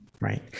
Right